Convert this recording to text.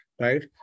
right